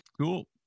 Cool